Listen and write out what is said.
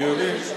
אני מבין.